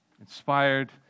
inspired